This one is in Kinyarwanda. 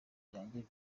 byanjye